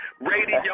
radio